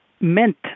meant